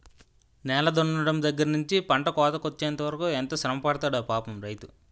నేల దున్నడం దగ్గర నుంచి పంట కోతకొచ్చెంత వరకు ఎంత శ్రమపడతాడో పాపం రైతు